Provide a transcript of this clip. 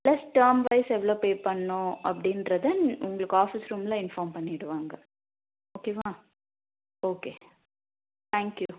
plus term wise எவ்வளோ pay பண்ணனும் அப்படீன்றது உங்களுக்கு ஆஃபிஸ் ரூம்மில் இன்ஃபார்ம் பண்ணிடுவாங்க ஓகே வா ஓகே தேங்க் யூ